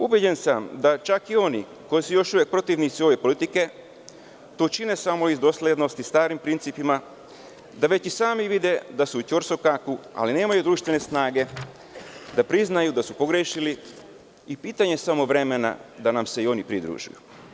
Ubeđen sam da čak i oni koji su još uvek protivnici ove politike to čine samo iz doslednosti starim principima, da već i sami vide da su u ćorsokaku, ali da nemaju društvene snage da priznaju da su pogrešili i samo je pitanje vremena da nam se i oni pridruže.